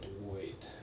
wait